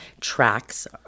tracks